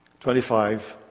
25